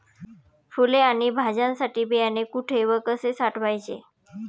फुले आणि भाज्यांसाठी बियाणे कुठे व कसे साठवायचे?